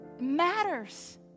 matters